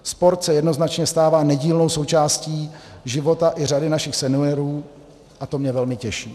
Sport se jednoznačně stává nedílnou součástí života i řady našich seniorů a to mě velmi těší.